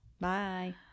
Bye